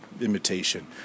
imitation